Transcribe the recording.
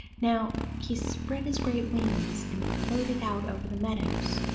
now he spread his great wings and floated out over the meadows.